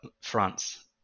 France